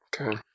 Okay